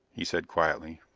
he said quietly.